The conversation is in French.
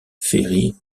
ferry